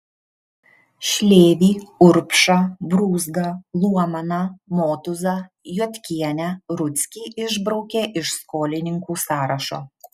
šlėvį urbšą brūzgą luomaną motūzą juodkienę rudzkį išbraukė iš skolininkų sąrašo